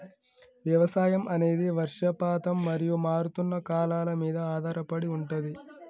వ్యవసాయం అనేది వర్షపాతం మరియు మారుతున్న కాలాల మీద ఆధారపడి ఉంటది